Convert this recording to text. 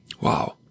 Wow